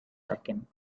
backing